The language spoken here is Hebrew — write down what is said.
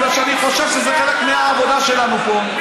בגלל שאני חושב שזה חלק מהעבודה שלנו פה,